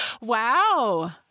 Wow